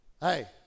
Hey